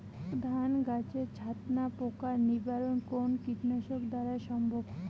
ধান গাছের ছাতনা পোকার নিবারণ কোন কীটনাশক দ্বারা সম্ভব?